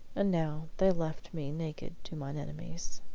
and now they left me naked to mine enemies.